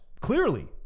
clearly